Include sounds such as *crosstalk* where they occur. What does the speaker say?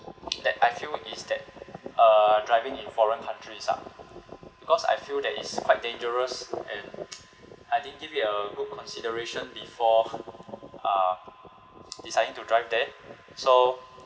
*noise* that I feel is that uh driving in foreign countries lah because I feel that it's quite dangerous and *noise* I didn't give it a good consideration before uh deciding to drive there so